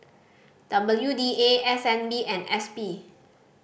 W D A S N B and S P